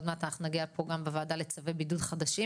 עוד מעט אנחנו נגיע גם פה בוועדה לצווי בידוד חדשים.